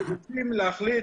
כשרוצים להחליט,